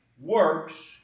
works